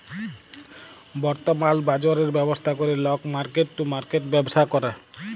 বর্তমাল বাজরের ব্যবস্থা ক্যরে লক মার্কেট টু মার্কেট ব্যবসা ক্যরে